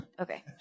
Okay